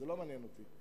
זה לא מעניין אותי.